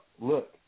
Look